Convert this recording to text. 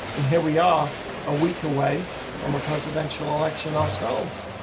and here we are a week away from a presidential election ourselves.